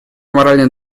моральный